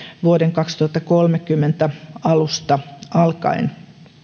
vuoden kaksituhattakolmekymmentä alusta alkaen